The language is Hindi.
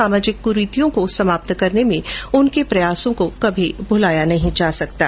सामाजिक क्रीतियों को समाप्त करने के उनके प्रयासों को कभी भुलाया नहीं जा सकता है